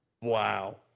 Wow